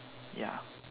ya